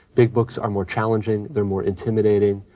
big books are more challenging. they're more intimidating.